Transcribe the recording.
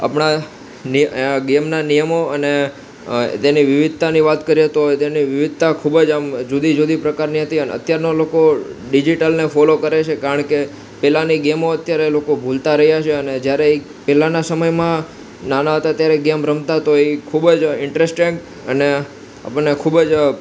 આપણાં ગેમના નિયમો અને તેની વિવિધતાની વાત કરીએ તો તેની વિવિધતા ખૂબ જ આમ જુદી જુદી પ્રકારની હતી અને અત્યારના લોકો ડિઝિટલને ફોલો કરે છે કારણ કે પેલાની ગેમો અત્યારે લોકો ભૂલતા રહ્યા છે અને જ્યારે એ પહેલાંના સમયમાં નાના હતા ત્યારે ગેમ રમતા તો એ ખૂબ જ ઇંટ્રેસ્ટિંગ અને આપણને ખૂબ જ